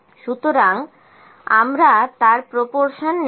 সুতরাং আমরা তার প্রপরশন নেব